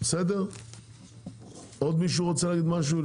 עוד מישהו רוצה להגיד משהו?